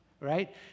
Right